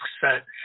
set